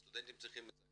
סטודנטים צריכים את זה,